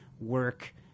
work